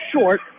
short